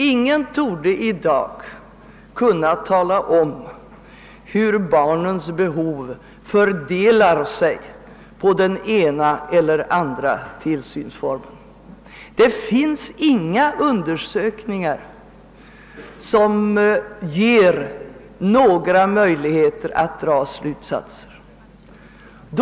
Ingen torde i dag kunna tala om hur barnens behov av tillsyn fördelar sig på den ena eller andra tillsynsformen. Det finns inga undersökningar som ger möjligheter att dra bestämda slutsatser i detta avseende.